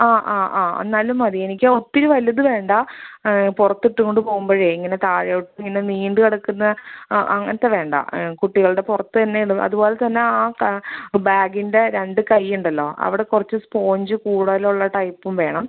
ആ ആ ആ എന്നാലും മതി എനിക്ക് ഒത്തിരി വലുത് വേണ്ട പുറത്തിട്ടുകൊണ്ട് പൊവുമ്പോഴേ ഇങ്ങനെ താഴോട്ടിങ്ങനെ നീണ്ട് കിടക്കുന്ന ആ അങ്ങനത്തേത് വേണ്ട കുട്ടികളുടെ പുറത്ത് തന്നെ ഇടുന്ന അതുപോലെ തന്നെ ആ ബാഗിൻ്റെ രണ്ട് കൈ ഉണ്ടല്ലോ അവിടെ കുറച്ച് സ്പോഞ്ച് കൂടതൽ ഉള്ള ടൈപ്പും വേണം